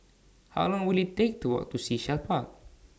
How Long Will IT Take to Walk to Sea Shell Park